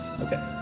Okay